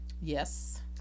Yes